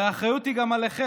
הרי האחריות היא גם עליכם.